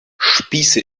spieße